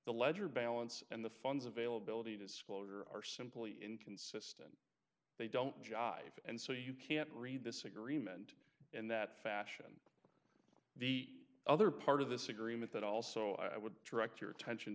the ledger balance and the funds availability disclosure are simply in concert they don't jive and so you can't read this agreement in that fashion the other part of this agreement that also i would direct your attention